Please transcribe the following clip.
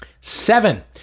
Seven